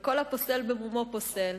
וכל הפוסל, במומו פוסל.